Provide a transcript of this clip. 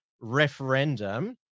referendum